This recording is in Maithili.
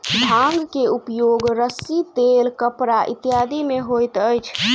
भांग के उपयोग रस्सी तेल कपड़ा इत्यादि में होइत अछि